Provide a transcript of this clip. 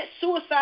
suicide